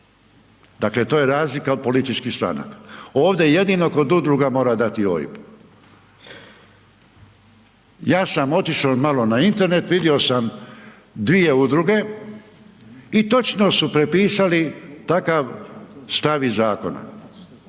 dakle to je razlika od političkih stranaka. Ovdje jedino kod udruga mora dati OIB. Ja sam otišo malo na Internet, vidio sam dvije udruge i točno su prepisali takav stav iz zakona